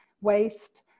waste